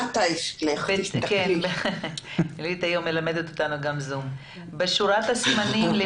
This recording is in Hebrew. אני מתנצלת ואני יודעת שאנחנו לא עומדים בזמנים אבל